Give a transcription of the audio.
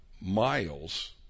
miles